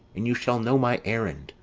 and you shall know my errand.